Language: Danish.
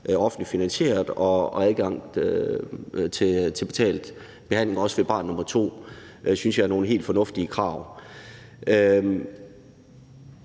offentligt finansieret og adgang til betalt behandling, også ved barn nummer 2. Det synes jeg er nogle helt fornuftige krav.